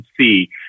see